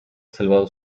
salvado